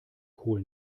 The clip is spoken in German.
kohl